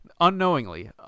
unknowingly